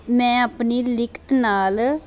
ਮੈਂ ਆਪਣੀ ਲਿਖਤ ਨਾਲ